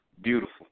Beautiful